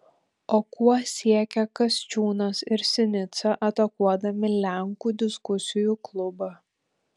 o kuo siekia kasčiūnas ir sinica atakuodami lenkų diskusijų klubą